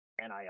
NIL